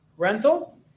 Rental